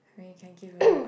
we can give a lot